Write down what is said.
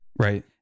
Right